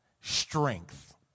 strength